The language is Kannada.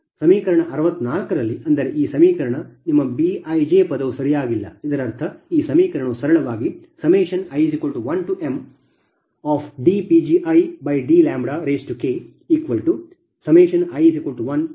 ನಂತರ 64 ಸಮೀಕರಣದಲ್ಲಿ ಅಂದರೆ ಈ ಸಮೀಕರಣ ನಿಮ್ಮ B ij ಪದವು ಸರಿಯಾಗಿಲ್ಲ ಇದರರ್ಥ ಈ ಸಮೀಕರಣವು ಸರಳವಾಗಿ i1mdPgidλKi1mdiBiibi2diKBii2 ಇದು ಸಮೀಕರಣ 69